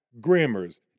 grammars